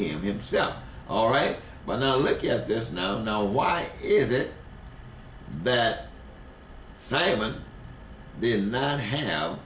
him himself all right but now look at this now now why is it that simon did not have